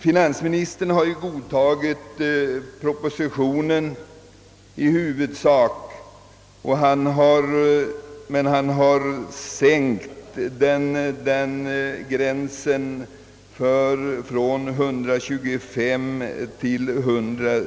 Finansministern har i huvudsak godtagit förslaget men har sänkt lägre gränsen från 125000 kronor till 100